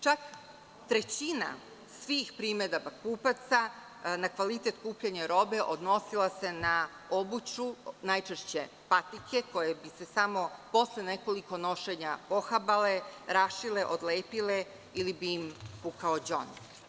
Čak trećina svih primedaba kupaca na kvalitet kupljene robe odnosila se na obuću, najčešće patike koje bi se samo posle nekoliko nošenja pohabale, rašile, odlepile ili bi im pukao đon.